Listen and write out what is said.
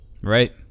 Right